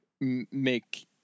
make